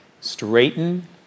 Straighten